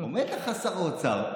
עומד לך שר האוצר,